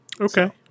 Okay